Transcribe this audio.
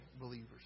believers